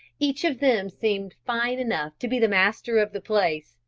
each of them seemed fine enough to be the master of the place,